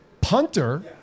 punter